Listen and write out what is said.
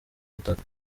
butaka